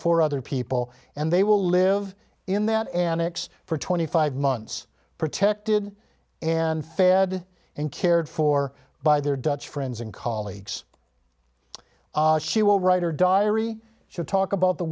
four other people and they will live in that an x for twenty five months protected and fed and cared for by their dutch friends and colleagues she will write her diary should talk about the